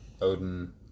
Odin